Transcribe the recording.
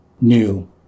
new